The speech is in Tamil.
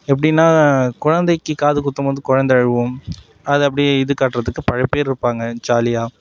எப்படின்னா குழந்தைக்கு காது குத்தும் போது கொழந்தை அழுகும் அது அப்படியே இது காட்டுறதுக்கு பல பேர் இருப்பாங்க ஜாலியாக